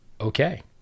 Okay